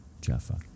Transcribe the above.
Jaffa